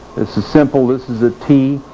this is simple, this is a t,